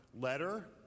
letter